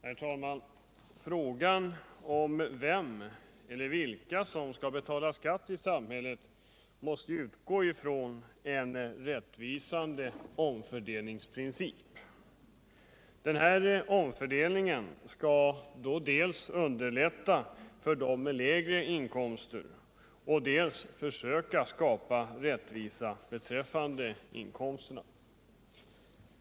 Herr talman! Diskussionen rörande frågan om vem eller vilka som skall betala skatt i samhället måste utgå från en rättvisande omfördelningsprincip. Denna omfördelning skall dels underlätta för de lägre inkomsttagarna, dels försöka skapa rättvisa beträffande inkomsterna.